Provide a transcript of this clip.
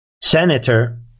senator